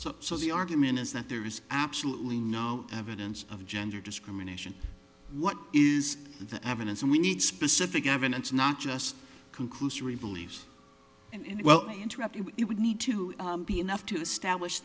report so the argument is that there is absolutely no evidence of gender discrimination what is the evidence and we need specific evidence not just conclusory beliefs and well i interrupted you would need to be enough to establish